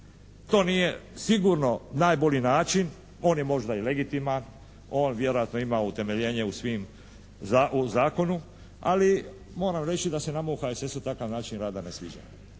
To nije sigurno najbolji način. On je možda i legitiman, on vjerojatno ima utemeljenje u svim, u zakonu. Ali moram reći da se nama u HSS-u takav način rada ne sviđa.